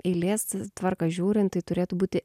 eilės tvarka žiūrin tai turėtų būti